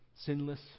sinless